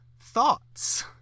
thoughts